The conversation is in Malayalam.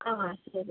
അ അ ശരി